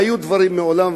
והיו דברים מעולם,